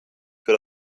für